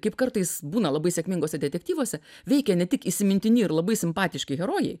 kaip kartais būna labai sėkminguose detektyvuose veikia ne tik įsimintini ir labai simpatiški herojai